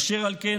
אשר על כן,